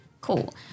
Cool